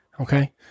okay